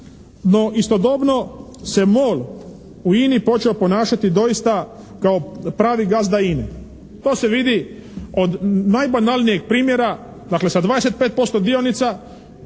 no istodobno se MOL u INA-i počeo ponašati doista kao pravi gazda INA-e. To se vidi od najbanalnijeg primjera dakle sa 25% dionica